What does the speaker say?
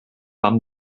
van